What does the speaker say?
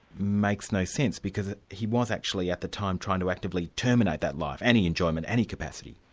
makes no sense, because he was actually at the time trying to actively terminate that life, any enjoyment, any capacity.